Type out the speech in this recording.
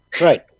Right